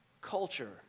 culture